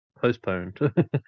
postponed